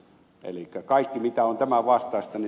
elikkä kaikki mitä on tämä vastaisten